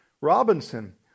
Robinson